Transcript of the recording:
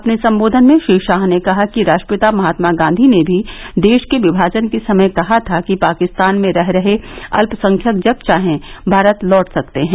अपने संबोधन में श्री शाह ने कहा कि राष्ट्रपिता महात्मा गांधी ने भी देश के विमाजन के समय कहा था कि पाकिस्तान में रह रहे अल्पसंख्यक जब चाहें भारत लौट सकते हैं